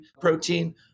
protein